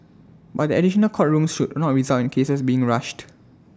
but the additional court rooms should not result in cases being rushed